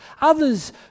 others